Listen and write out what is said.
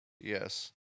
Yes